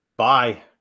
Bye